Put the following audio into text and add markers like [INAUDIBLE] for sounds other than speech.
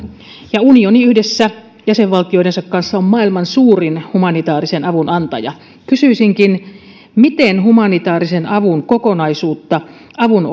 ja unioni yhdessä jäsenvaltioidensa kanssa on maailman suurin humanitäärisen avun antaja kysyisinkin miten humanitäärisen avun kokonaisuutta avun [UNINTELLIGIBLE]